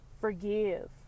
Forgive